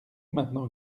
maintenant